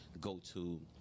go-to